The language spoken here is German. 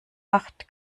macht